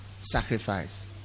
sacrifice